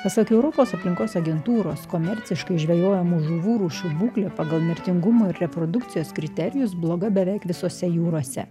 pasak europos aplinkos agentūros komerciškai žvejojamų žuvų rūšių būklė pagal mirtingumo ir reprodukcijos kriterijus bloga beveik visose jūrose